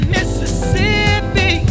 Mississippi